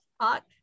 talk